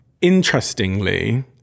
Interestingly